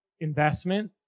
investment